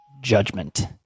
judgment